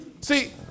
See